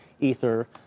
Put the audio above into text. Ether